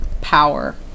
power